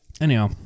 Anyhow